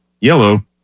Yellow